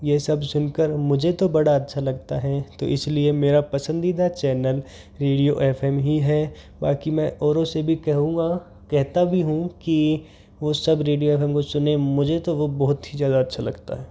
यह सब सुनकर मुझे तो बड़ा अच्छा लगता है तो इसलिए मेरा पसंदीदा चैनल रेडियो एफ एम ही है बाकी मैं औरों से भी कहूंगा कहता भी हूँ कि वो सब रेडियो एफ एम को सुने मुझे तो वह बहुत ही ज़्यादा अच्छा लगता है